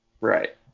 Right